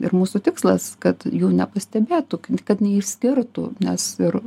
ir mūsų tikslas kad jų nepastebėtų kad neišskirtų nes ir